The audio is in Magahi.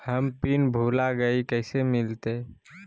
हम पिन भूला गई, कैसे मिलते?